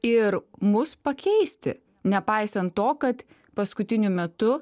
ir mus pakeisti nepaisant to kad paskutiniu metu